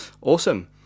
Awesome